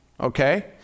okay